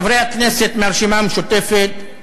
חברי הכנסת מהרשימה המשותפת,